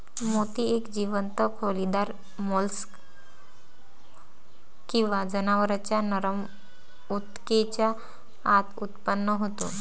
मोती एक जीवंत खोलीदार मोल्स्क किंवा जनावरांच्या नरम ऊतकेच्या आत उत्पन्न होतो